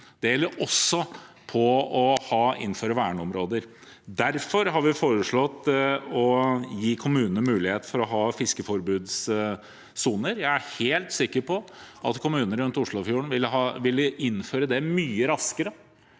Det gjelder også det å innføre verneområder. Derfor har vi foreslått å gi kommunene mulighet for å ha fiskeforbudssoner. Jeg er helt sikker på at kommunene rundt Oslofjorden ville innføre det mye raskere